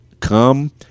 Come